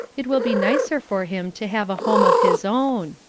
it will be nicer for him to have a home of his own.